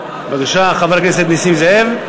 בבקשה, חבר הכנסת נסים זאב.